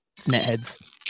NetHeads